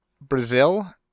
Brazil